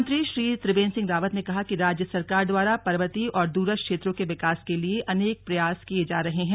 मुख्यमंत्री श्री त्रिवेन्द्र सिंह रावत ने कहा कि राज्य सरकार द्वारा पर्वतीय और दूरस्थ क्षेत्रों के विकास के लिए अनेक प्रयास किये जा रहे हैं